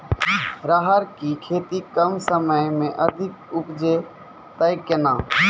राहर की खेती कम समय मे अधिक उपजे तय केना?